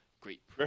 great